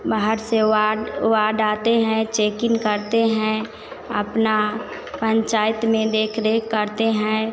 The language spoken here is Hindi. बाहर से वार्ड वार्ड आते हैं चेकइन करते हैं अपना पंचायत में देख रेख करते हैं